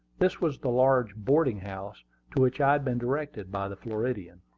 this was the large boarding-house to which i had been directed by the floridian.